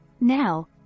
Now